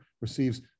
receives